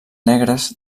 negres